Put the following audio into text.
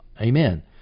Amen